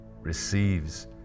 receives